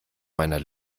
meiner